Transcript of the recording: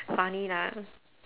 funny lah